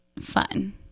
fun